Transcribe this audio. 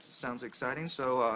sounds exciting. so,